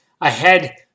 ahead